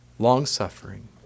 long-suffering